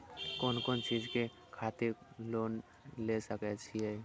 कोन कोन चीज के खातिर लोन ले सके छिए?